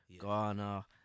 Ghana